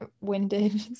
winded